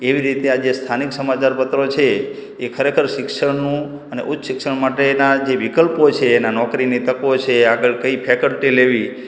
એવી રીતે આ જે સ્થાનિક સમાચારપત્રો છે એ ખરેખર શિક્ષણનું અને ઉચ્ચ શિક્ષણ માટેના જે વિકલ્પો છે એનાં નોકરીની તકો છે આગળ કઈ ફૅકલ્ટી લેવી